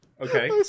Okay